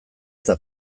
eta